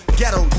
ghetto